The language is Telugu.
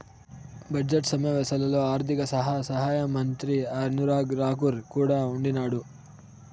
బడ్జెట్ సమావేశాల్లో ఆర్థిక శాఖ సహాయమంత్రి అనురాగ్ రాకూర్ కూడా ఉండిన్నాడు